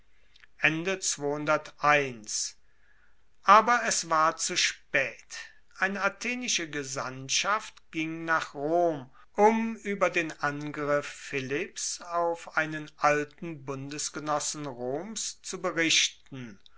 aber es war zu spaet eine athenische gesandtschaft ging nach rom um ueber den angriff philipps auf einen alten bundesgenossen roms zu berichten